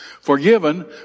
forgiven